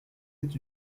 êtes